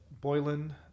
Boylan